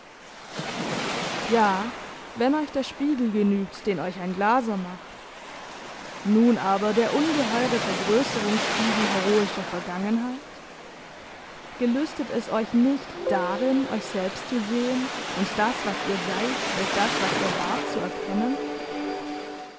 ja wenn euch der spiegel genügt den euch ein glaser macht nun aber der ungeheure vergrößerungsspiegel heroischer vergangenheit gelüstet es euch nicht darin euch selbst zu sehen und das was ihr seid durch das was ihr wart zu erkennen